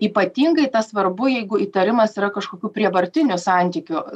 ypatingai tas svarbu jeigu įtarimas yra kažkokių prievartinių santykių